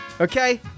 Okay